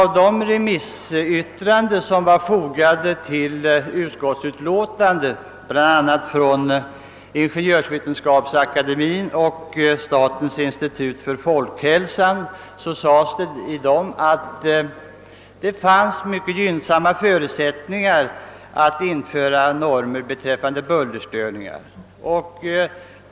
I de remissyttranden som återgavs i utlåtandet, bl.a. från Ingeniörsvetenskapsakademien och statens institut för folkhälsan, sades att det fanns mycket gynnsamma förutsättningar för att införa normer beträffande bullerstörningar.